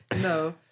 No